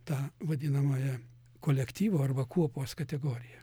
tą vadinamąją kolektyvo arba kuopos kategoriją